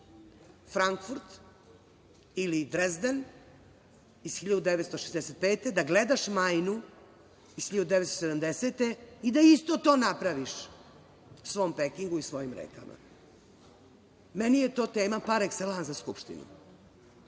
Frankfurt ili Drezden iz 1965. godine, da gledaš Majnu iz 1970. godine i da isto to napraviš svom Pekingu i svojim rekama? Meni je to tema par ekselans za Skupštinu,